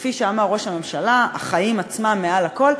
וכפי שאמר ראש הממשלה: החיים עצמם מעל הכול,